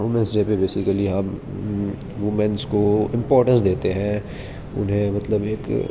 women's day پہ basically ہم women's کو امپورٹنس دیتے ہیں انہیں مطلب یہ ایک